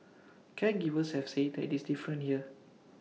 caregivers have said that is different here